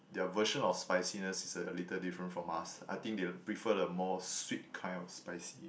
their version of spiciness a a little different from us I think they'll prefer a more sweet kind of spicy